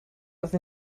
oedd